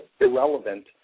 irrelevant